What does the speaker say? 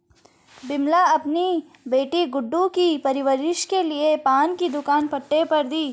विमला अपनी बेटी गुड्डू की परवरिश के लिए पान की दुकान पट्टे पर दी